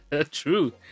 True